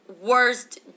worst